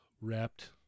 wrapped